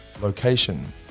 location